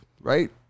right